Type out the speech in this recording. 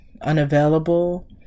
unavailable